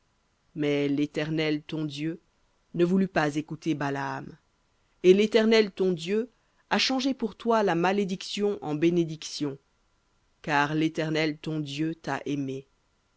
mais l'éternel ton dieu ne voulut pas écouter balaam et l'éternel ton dieu a changé pour toi la malédiction en bénédiction car l'éternel ton dieu t'a aimé